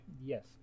Yes